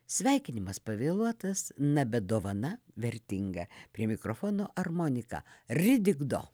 sveikinimas pavėluotas na bet dovana vertinga prie mikrofono armonika ridigdo